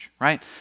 right